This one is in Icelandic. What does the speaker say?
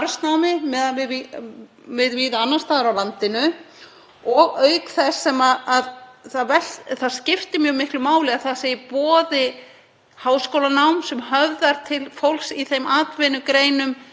háskólanám sem höfðar til fólks í þeim atvinnugreinum þar sem er hærra hlutfall karlmanna en kvenna og það virkilega vantar framboð af háskólanámi tengdu atvinnulífinu á þessu svæði.